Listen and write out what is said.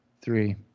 three